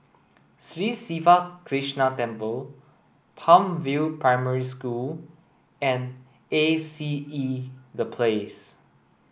Sri Siva Krishna Temple Palm View Primary School and A C E The Place